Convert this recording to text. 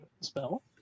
spell